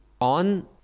on